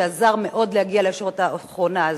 שעזר מאוד להגיע לישורת האחרונה הזו,